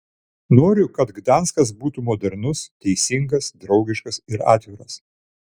noriu kad gdanskas būtų modernus teisingas draugiškas ir atviras